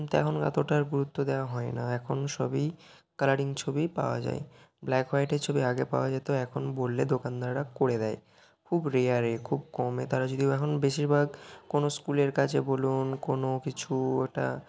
তো এখন এতটা আর গুরুত্ব দেওয়া হয় না এখন সবই কালারিং ছবিই পাওয়া যায় ব্ল্যাক হোয়াইটের ছবি আগে পাওয়া যেত এখন বললে দোকানদাররা করে দেয় খুব রেয়ার খুব কমে তারা যদিও এখন বেশিরভাগ কোনো স্কুলের কাজে বলুন কোনো কিছু একটা